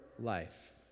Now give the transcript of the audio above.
life